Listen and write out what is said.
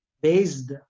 based